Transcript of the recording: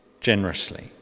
generously